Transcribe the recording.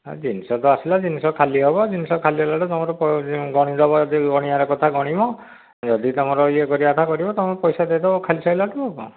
ହଁ ଜିନିଷ ତ ଆସିଲା ଜିନିଷ ଖାଲି ହବ ଜିନିଷ ଖାଲି ହେଲାଠୁ ତୁମର ଗଣି ଦେବ ଯଦି ଗଣିବାର କଥା ଗଣିବ ଯଦି ତୁମର ୟେ କରିବା କଥା କରିବ ତୁମର ପଇସା ଦେଇ ଦେବ ଖାଲି ସଇଲାଠୁ ଆଉ କ'ଣ